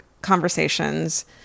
conversations